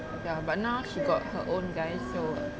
ya but now she got her own guy so